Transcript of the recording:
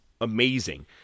amazing